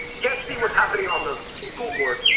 if you can't see what's happening on the school board,